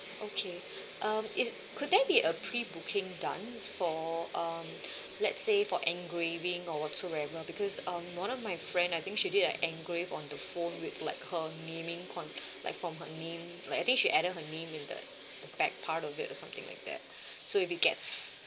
okay um is could there be a pre booking done for uh let's say for engraving or whatsoever because um one of my friend I think she did like engrave on the phone with like her naming con~ like from her name like I think she added her name in the back part of it or something like that so if it gets